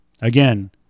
again